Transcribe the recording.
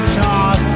talk